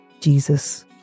Jesus